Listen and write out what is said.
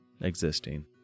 existing